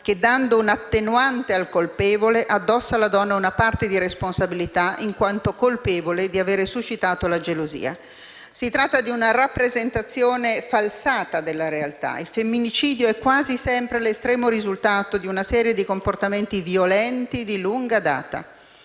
che, dando una attenuante al colpevole, addossa alla donna una parte di responsabilità, in quanto colpevole di avere suscitato la gelosia. Si tratta di una rappresentazione falsata della realtà. Il femminicidio è quasi sempre l'estremo risultato di una serie di comportamenti violenti di lunga data.